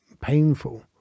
painful